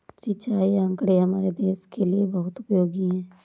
सिंचाई आंकड़े हमारे देश के लिए बहुत उपयोगी है